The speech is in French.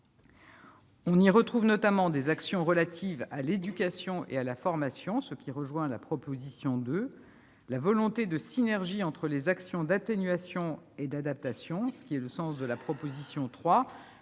On y retrouve notamment des actions relatives à l'éducation et la formation, ce qui rejoint la proposition 2 du Sénat, la volonté de synergie entre les actions d'atténuation et d'adaptation- proposition 3